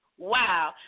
Wow